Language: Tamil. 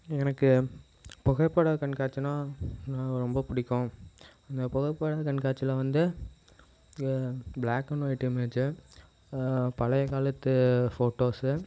எனக்கு புகைப்பட கண்காட்சினா ரொம்ப பிடிக்கும் அந்த புகைப்பட கண்காட்சியில் வந்து ப்ளாக் அண்ட் ஒயிட்டு இமேஜை பழைய காலத்து ஃபோட்டோஸ்ஸ